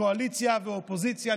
קואליציה ואופוזיציה,